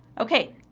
okay,